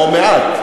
או מעט,